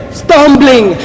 stumbling